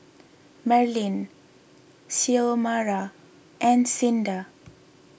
Merlyn Xiomara and Cinda